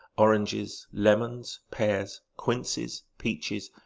oranges, lemons, pears, quinces, peaches,